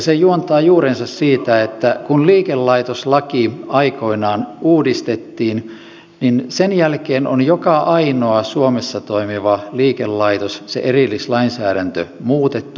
se juontaa juurensa siitä että kun liikelaitoslaki aikoinaan uudistettiin niin sen jälkeen on joka ainoa suomessa toimiva liikelaitos sen erillislainsäädäntö muutettu